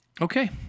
okay